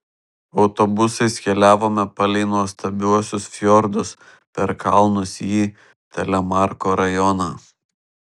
autobusais keliavome palei nuostabiuosius fjordus per kalnus į telemarko rajoną